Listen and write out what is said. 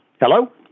Hello